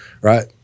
right